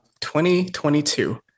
2022